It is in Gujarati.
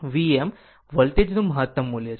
Vm વોલ્ટેજ નું મહત્તમનું મૂલ્ય છે